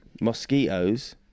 mosquitoes